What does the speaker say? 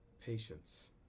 Patience